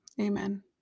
amen